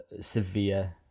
severe